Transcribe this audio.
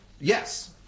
Yes